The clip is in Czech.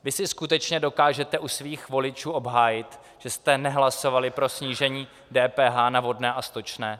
Vy si skutečně dokážete u svých voličů obhájit, že jste nehlasovali pro snížení DPH na vodné a stočné?